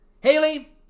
Haley